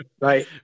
right